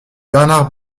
bernard